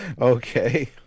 okay